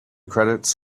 credits